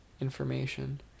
Information